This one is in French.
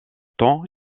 temps